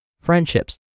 friendships